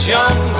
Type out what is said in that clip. Young